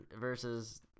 versus